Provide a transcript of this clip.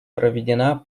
проведена